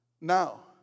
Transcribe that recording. Now